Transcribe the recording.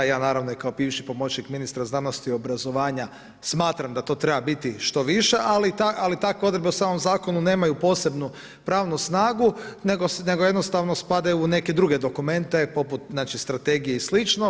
I ja naravno i kao bivši pomoćnik ministara znanosti i obrazovanja smatram da to treba biti što više ali takve odredbe u samom zakonu nemaju posebnu pravnu snagu nego jednostavno spadaju u neke druge dokumente poput znači strategije i slično.